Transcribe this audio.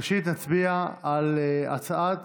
ראשית, נצביע על הצעת